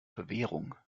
bewährung